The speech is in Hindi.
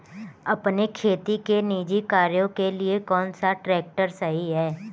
अपने खेती के निजी कार्यों के लिए कौन सा ट्रैक्टर सही है?